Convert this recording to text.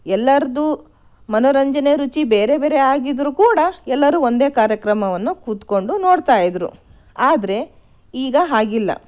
ಎಲ್ಲರದೂ ಮನೋರಂಜನೆ ರುಚಿ ಬೇರೆ ಬೇರೆ ಆಗಿದ್ದರೂ ಕೂಡ ಎಲ್ಲರೂ ಒಂದೇ ಕಾರ್ಯಕ್ರಮವನ್ನು ಕೂತ್ಕೊಂಡು ನೋಡ್ತಾ ಇದ್ದರು ಆದರೆ ಈಗ ಹಾಗಿಲ್ಲ